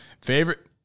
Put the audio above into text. Favorite